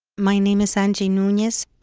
my name is angie nunez.